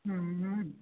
हुँअऽ